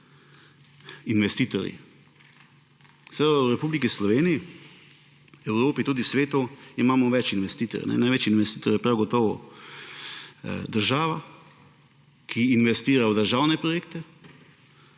investitorji. Seveda v Republiki Slovenije, v Evropi, tudi svetu imamo več investitorjev. Največji investitor je prav gotovo država, ki investira v državne projekte,